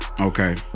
Okay